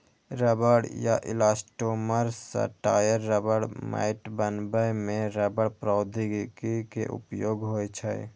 रबड़ या इलास्टोमोर सं टायर, रबड़ मैट बनबै मे रबड़ प्रौद्योगिकी के उपयोग होइ छै